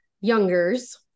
youngers